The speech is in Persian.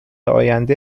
آینده